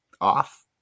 off